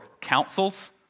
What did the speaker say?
councils